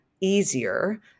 easier